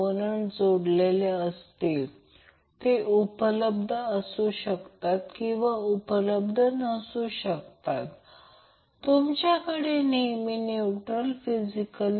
सर्व तीन एकत्र जोडलेले आहेत आणि एक संख्यात्मक बिंदू तयार केला आहे आणि हे a b c आहे जे तीन टर्मिनल आहेत